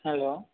hello